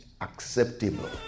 acceptable